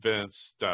Vince